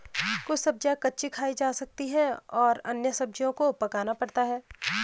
कुछ सब्ज़ियाँ कच्ची खाई जा सकती हैं और अन्य सब्ज़ियों को पकाना पड़ता है